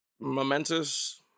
momentous